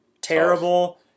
terrible